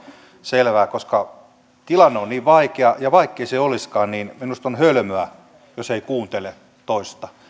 selvää koska tilanne on niin vaikea ja vaikkei se olisikaan niin minusta on hölmöä jos ei kuuntele toista